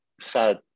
sad